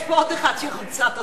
יש פה עוד אחת שרוצה תוספת.